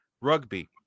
rugby